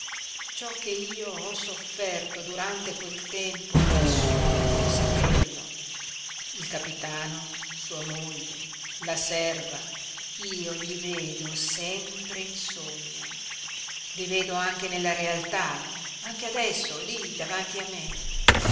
ciò che io ho sofferto durante quel tempo nessuno può saperlo il capitano sua moglie la serva io li vedo sempre in sogno li vedo anche nella realtà anche adesso lí davanti a me